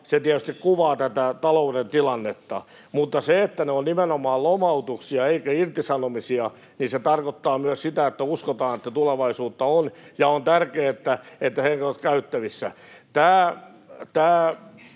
se tietysti kuvaa tätä talouden tilannetta. Mutta se, että ne ovat nimenomaan lomautuksia eivätkä irtisanomisia, myös tarkoittaa, että uskotaan, että tulevaisuutta on, ja on tärkeää, että he ovat käytettävissä. Tässä